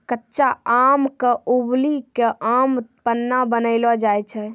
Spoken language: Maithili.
कच्चा आम क उबली कॅ आम पन्ना बनैलो जाय छै